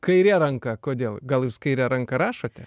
kairė ranka kodėl gal jūs kaire ranka rašote